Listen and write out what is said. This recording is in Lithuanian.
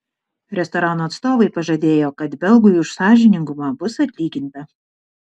restorano atstovai pažadėjo kad belgui už sąžiningumą bus atlyginta